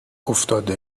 افتاده